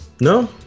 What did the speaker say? No